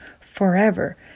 forever